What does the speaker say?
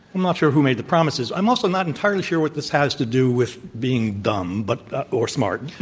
i'm not sure who made the promises. i'm also not entirely sure what this has to do with being dumb. but or smart.